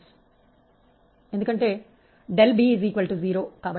B